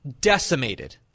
decimated